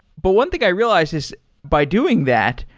but one thing i realized is by doing that,